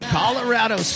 Colorado